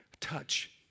touch